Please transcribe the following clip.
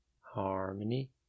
Harmony